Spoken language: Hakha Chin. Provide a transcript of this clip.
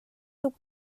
tuk